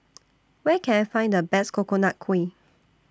Where Can I Find The Best Coconut Kuih